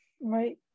Right